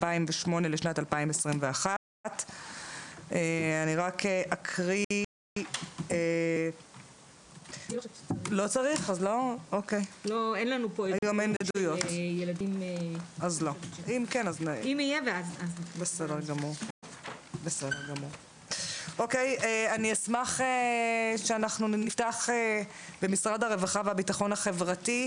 ולשנת 2021. אני אשמח שנפתח עם משרד הרווחה והביטחון החברתי.